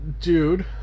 dude